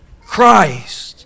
Christ